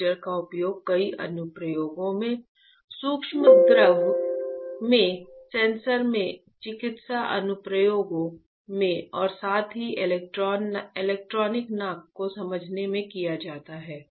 heater का उपयोग कई अनुप्रयोगों में सूक्ष्म द्रव में सेंसर में चिकित्सा अनुप्रयोगों में और साथ ही इलेक्ट्रॉनिक नाक को समझने में किया जाता है